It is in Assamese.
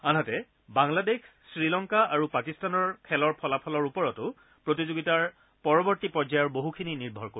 আনহাতে বাংলাদেশ শ্ৰীলংকা আৰু পাকিস্তানৰ খেলৰ ফলাফলৰ ওপৰতো প্ৰতিযোগিতাৰ পৰৱৰ্ত্তী পৰ্যায়ৰ বহুখিনি নিৰ্ভৰ কৰিব